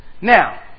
Now